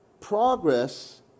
Progress